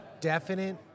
definite